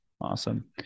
Awesome